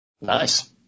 Nice